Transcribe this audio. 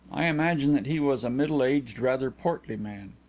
i imagine that he was a middle-aged, rather portly man.